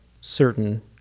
certain